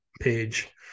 page